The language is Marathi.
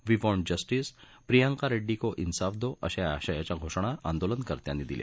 we want justice Priyanka Reddy को इन्साफ दो अशा आशयाच्या घोषणा आंदोलनकर्त्यांनी दिल्या